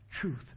truth